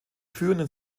führenden